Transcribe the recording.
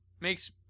makes